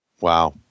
Wow